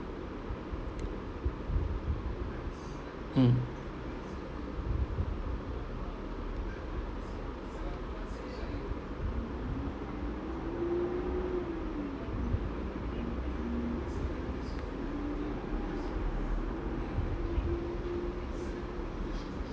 mm